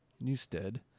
Newstead